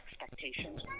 expectations